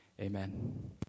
Amen